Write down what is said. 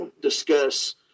discuss